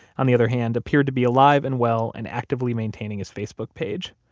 on the other hand, appeared to be alive and well and actively maintaining his facebook page.